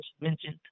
mentioned